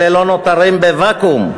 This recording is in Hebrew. אלה לא נותרים בוואקום.